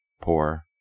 poor